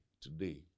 today